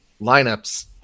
lineups